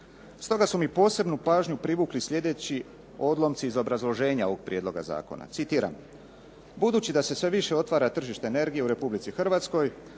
Stoga su mi posebnu pažnju privukli sljedeći odlomci iz obrazloženja ovog prijedloga zakona. Citiram: "Budući da se sve više otvara tržište energije u Republici Hrvatskoj